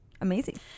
Amazing